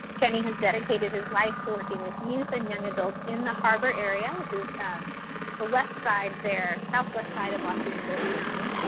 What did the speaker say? kenny has dedicated his life to working with youth and young adults in the harbor area, which is the west side there, southwest side of los angeles county.